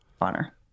honor